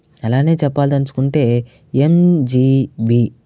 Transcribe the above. అలానే చెప్పదలుచుకుంటే ఎంజీబీ